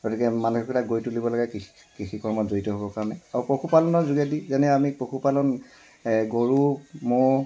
গতিকে মানসিকতা গঢ়ি তুলিব লাগে কৃষি কৰ্মত জড়িত হ'ব কাৰণে আৰু পশুপালনৰ যোগেদি যেনে আমি পশুপালন গৰু ম'হ